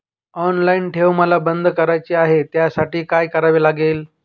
Online ठेव मला बंद करायची आहे, त्यासाठी काय करावे लागेल?